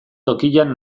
tokian